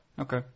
Okay